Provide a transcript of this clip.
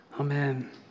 amen